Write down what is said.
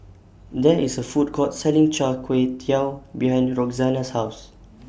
There IS A Food Court Selling Char Kway Teow behind Roxanna's House